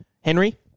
Henry